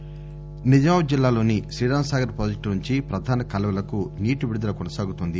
శ్రీరాం సాగర్ నిజామాబాద్ జిల్లాలోని శ్రీరాంసాగర్ పాజెక్టు నుంచి పధాన కాల్వలకు నీటి విడుదల కొనసాగుతోంది